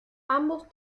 ambos